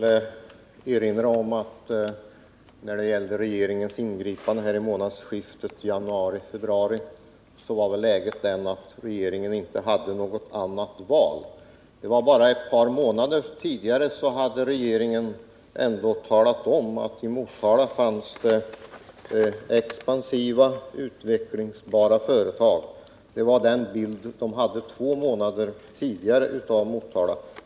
Herr talman! När det gäller regeringens ingripande vid månadsskiftet januari-februari vill jag erinra om att läget då var sådant att regeringen inte hade något annat val. Bara ett par månader tidigare hade regeringen talat om att det i Motala fanns expansiva utvecklingsbara företag. Det var den bild som man hade två månader tidigare i Motala.